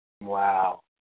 Wow